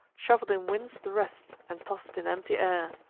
shuffled in winds the rest, and toss'd in empty air.